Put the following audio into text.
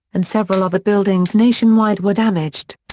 and several other buildings nationwide were damaged.